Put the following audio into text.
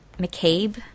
McCabe